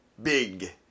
big